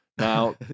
now